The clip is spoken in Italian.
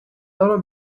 loro